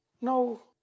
No